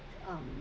um